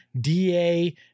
da